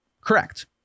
correct